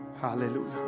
hallelujah